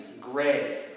gray